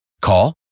Call